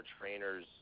trainers